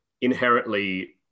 inherently